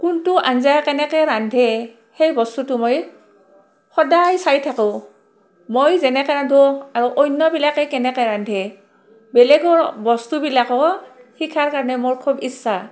কোনটো আঞ্জা কেনেকৈ ৰান্ধে সেই বস্তুটো মই সদায় চাই থাকোঁ মই যেনেকৈ ৰান্ধো আৰু অন্যবিলাকেই কেনেকৈ ৰান্ধে বেলেগৰ বস্তুবিলাকো শিকাৰ কাৰণে মোৰ খুব ইচ্ছা